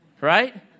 Right